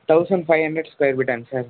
thousand five hundred square sir